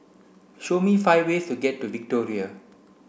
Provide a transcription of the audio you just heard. show me five ways to get to Victoria